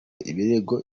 ibirego